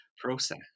process